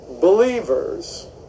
believers